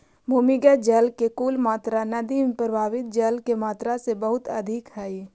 भूमिगत जल के कुल मात्रा नदि में प्रवाहित जल के मात्रा से बहुत अधिक हई